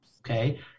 okay